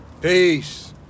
Peace